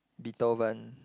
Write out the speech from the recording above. Beethoven